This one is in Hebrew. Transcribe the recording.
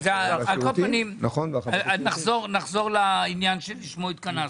נחזור לעניין לשמו התכנסנו.